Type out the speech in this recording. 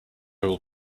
will